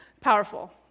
powerful